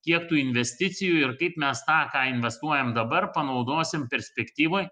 kiek tų investicijų ir kaip mes tą ką investuojam dabar panaudosim perspektyvoj